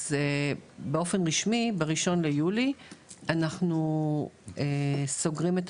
אז באופן רשמי בתאריך ה-1 ליולי אנחנו סוגרים את